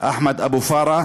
אחמד אבו פארה